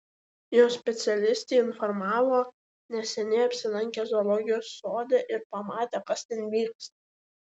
jos specialistai informavo neseniai apsilankę zoologijos sode ir pamatę kas ten vyksta